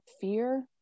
fear